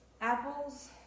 apples